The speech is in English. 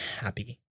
happy